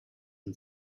and